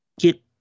get